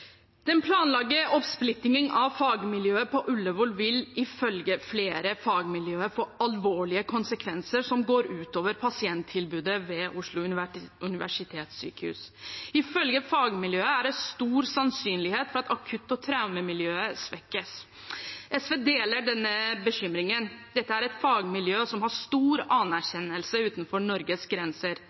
Den planlagte oppsplittingen av fagmiljøet på Ullevål vil ifølge flere fagmiljøer få alvorlige konsekvenser, som går ut over pasienttilbudet ved Oslo universitetssykehus. Ifølge fagmiljøet er det stor sannsynlighet for at akutt- og traumemiljøet svekkes. SV deler denne bekymringen. Dette er et fagmiljø som har stor anerkjennelse utenfor Norges grenser.